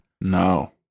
No